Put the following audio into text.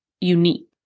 unique